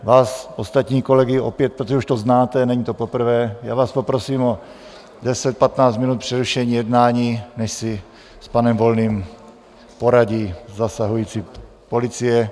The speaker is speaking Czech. Vás, ostatní kolegy, opět protože už to znáte, není to poprvé vás poprosím o 10, 15 minut přerušení jednání, než si s panem Volným poradí zasahující policie.